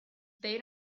they